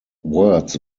words